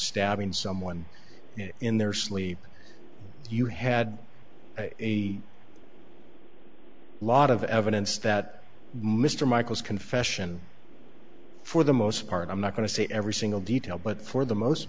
stabbing someone in their sleep you had a lot of evidence that mr michael's confession for the most part i'm not going to say every single detail but for the most